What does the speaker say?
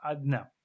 no